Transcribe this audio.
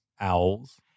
Owls